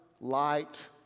light